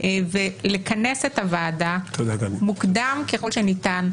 ולכנס את הוועדה מוקדם ככל שניתן.